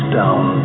down